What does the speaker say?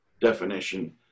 definition